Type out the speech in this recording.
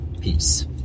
Peace